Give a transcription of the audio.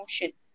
emotion